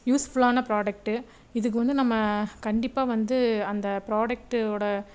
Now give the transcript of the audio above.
யூஸ்ஃபுல்லான ப்ராடக்ட் இதுக்கு வந்து நம்ம கண்டிப்பாக வந்து அந்த ப்ராடக்ட்வோட